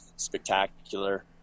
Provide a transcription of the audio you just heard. spectacular